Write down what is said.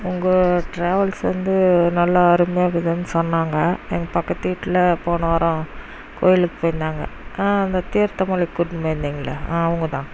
உங்க டிராவல்ஸ் வந்து நல்லா அருமையாக இருந்ததுன்னு சொன்னாங்க எங்கள் பக்கத்து வீட்டில் போன வாரம் கோவிலுக்கு போய்ருந்தாங்க அந்த தீர்த்தமலைக்கு கூட்டினு போய்ருந்திங்களே ஆம் அவங்க தான்